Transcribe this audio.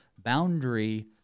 boundary